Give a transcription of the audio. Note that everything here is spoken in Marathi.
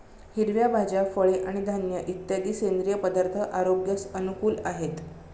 हिरव्या भाज्या, फळे आणि धान्य इत्यादी सेंद्रिय पदार्थ आरोग्यास अनुकूल आहेत